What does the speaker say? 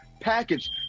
package